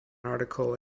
article